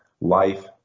life